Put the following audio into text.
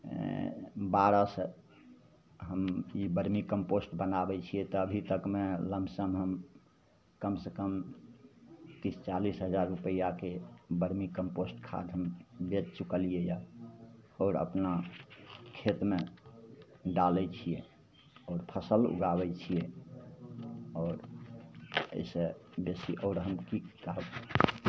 बारहसे हम ई vermi compost बनाबै छिए तऽ अभी तकमे लमसम हम कमसेकम तीस चालिस हजार रुपैआके बर्मी कम्पोस्ट खाद हम बेचि चुकलिए यऽ आओर अपना खेतमे डालै छिए आओर फसिल उगाबै छिए आओर एहिसे बेसी आओर हम कि कहब